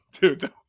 dude